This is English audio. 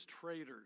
traitors